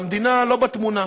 המדינה לא בתמונה.